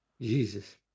Jesus